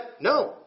No